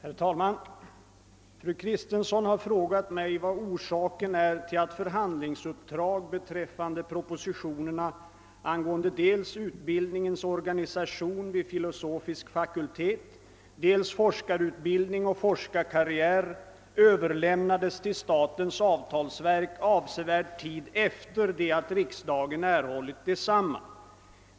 Herr talman! Fru Kristensson har frågat mig vad orsaken är till att förhandlingsuppdrag beträffande propositionerna angående dels utbildningens organisation vid filosofisk fakultet, dels forskarutbildning och forskarkarriär överlämnades till statens avtalsverk avsevärd tid efter det att riksdagen erhållit desamma.